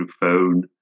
phone